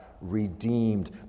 redeemed